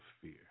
fear